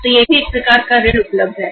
तो यह भी एक तरह का ऋण है जो उपलब्ध है